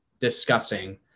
discussing